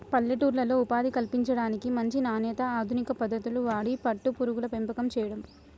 పల్లెటూర్లలో ఉపాధి కల్పించడానికి, మంచి నాణ్యత, అధునిక పద్దతులు వాడి పట్టు పురుగుల పెంపకం చేయడం